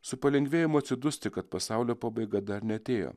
su palengvėjimu atsidusti kad pasaulio pabaiga dar neatėjo